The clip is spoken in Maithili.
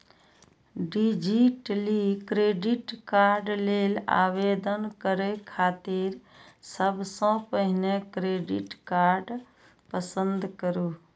डिजिटली क्रेडिट कार्ड लेल आवेदन करै खातिर सबसं पहिने क्रेडिट कार्ड पसंद करू